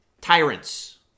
tyrants